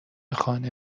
خانه